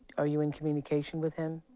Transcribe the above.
are you in communication with him?